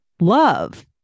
love